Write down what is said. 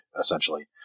essentially